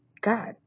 god